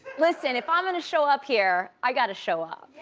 listen, if i'm gonna show up here, i got to show up.